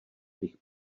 bych